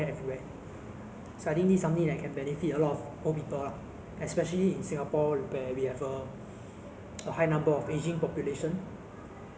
ya some more like in singapore nearly everything is expensive lah so if healthcare is free ya lah I would gr~ I would agree lah healthcare is free it would be better lah